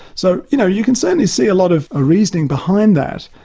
so you know you can certainly see a lot of ah reasoning behind that.